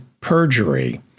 perjury